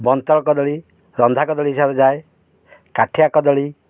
ବନ୍ତଳ କଦଳୀ ରନ୍ଧା କଦଳୀ ହିସାବରେ ଯାଏ କାଠିଆ କଦଳୀ